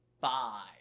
five